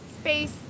space